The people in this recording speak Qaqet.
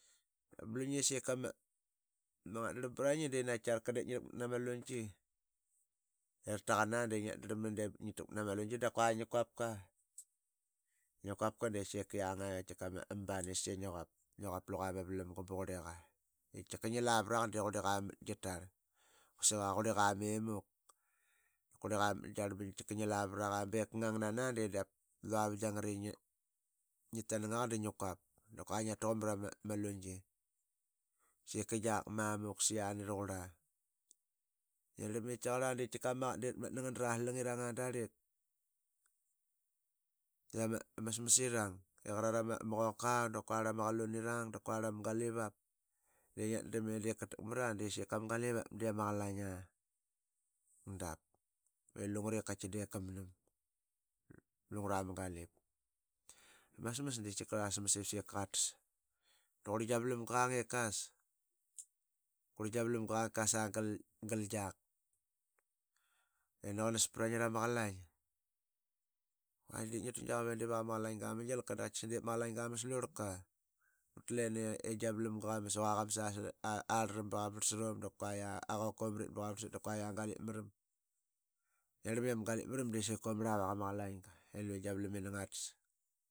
Dapi ba ip ba luyu ama ngatdarlam pra ngi de naqaitkiaqarlka diip ngi rakmat nama lungi i rataqan aa de diip ngi rakmat na ma lungi da qua ngi quapka. Ngi quapka di sika yianga i tika ma ama baniskia i ngia quap ngia quap luqa ma valamga ba qurliqa. I tika ngi lavaraqa de qurliqa mat gia tarl. quasik i qua qurliqa memuk. Qurliqa mat giatarl ba ngi lavaraqa ba ip ka ngang nana de dap lua va gia ngarlit i ngi. ngi tanang aqa da ngi quap da qua ngia tu qa marama lungi. Sika giak si yani raqurla. Ngia drlam i kiaqarli de tika ma qaqat tatmatna ngara rasalang darlik iyama ma smas irang. Iqa rara ma qokau dap quarl ama qalun dap qua ama galvip de ngia darlam i diip ka takmara de sika ma galivap de ama qalaing aa dap i qitki lungure diip qaitki qamnam lungura ma galip. Ama smas ip ta tas da qurla gia valamga qang ip qas. qurli gia valamgia qang i kas aa qal giak i na qanas pra ngi rama qalaing. Quadik ngi tu gia qavap i diip aqama qalainga ma gilka da qaitkias diip ama qalainga ma slurka pat lene qua gia valamga qamas asl ar laram ba qa qavarlsarum dap qua aa qokomarit ba qavarsat da kua aa galip maram. Ngiat darlam i ama galip maram de sika aa ngrla vak ama qalainga i luye gia valamini nga tas ba diva ini ngia tas aa bavip ininngara parlsat de sika diip luqa qaran ip karis ama qalaingia barak aa ngi ip ngi van bri ni i ni nga mas.